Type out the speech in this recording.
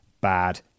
bad